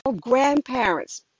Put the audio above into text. grandparents